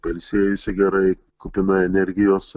pailsėjusi gerai kupina energijos